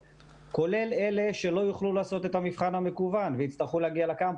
כולל אלה שלא יוכלו לעשות את המבחן המקוון ויצטרכו להגיע לקמפוס.